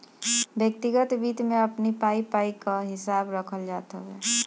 व्यक्तिगत वित्त में अपनी पाई पाई कअ हिसाब रखल जात हवे